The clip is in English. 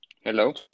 Hello